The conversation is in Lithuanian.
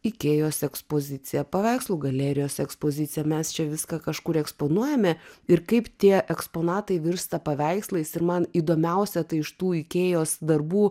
ikėjos ekspozicija paveikslų galerijos ekspozicija mes čia viską kažkur eksponuojame ir kaip tie eksponatai virsta paveikslais ir man įdomiausia tai iš tų ikėjos darbų